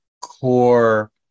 core